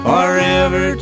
Forever